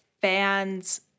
fans